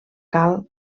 cal